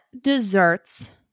desserts